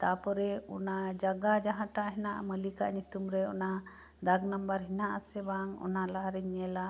ᱛᱟᱨᱯᱚᱨᱮ ᱚᱱᱟ ᱡᱟᱭᱜᱟ ᱡᱟᱸᱦᱟᱴᱟᱜ ᱢᱮᱱᱟᱜ ᱢᱟᱹᱞᱤᱠᱟᱜ ᱧᱩᱛᱩᱢᱨᱮ ᱚᱱᱟ ᱫᱟᱜ ᱱᱟᱢᱵᱟᱨ ᱢᱮᱱᱟᱜ ᱟᱥᱮ ᱵᱟᱝ ᱚᱱᱟ ᱞᱟᱦᱟᱨᱤᱧ ᱧᱮᱞᱟ